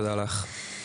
תודה לך.